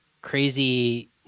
crazy